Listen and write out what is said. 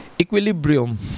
equilibrium